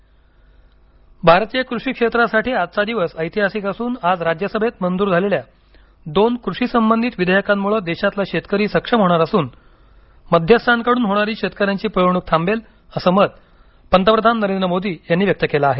कषी विधेयक पंतप्रधान भारतीय कृषी क्षेत्रासाठी आजचा दिवस ऐतहासिक असून आज राज्यसभेत मंजूर झालेल्या दोन कृषी सबंधित विधेयकांमुळे देशातला शेतकरी सक्षम होणार असून मध्यस्थाकडून होणारी शेतकऱ्यांची पिळवणूक थांबेल असं मत पंतप्रधान नरेंद्र मोदी यांनी व्यक्त केलं आहे